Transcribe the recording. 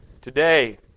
today